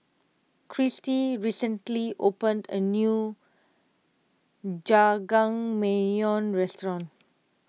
Cristy recently opened a new Jajangmyeon restaurant